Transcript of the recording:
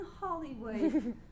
Hollywood